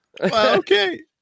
Okay